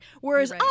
Whereas